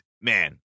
man